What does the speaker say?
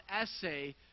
essay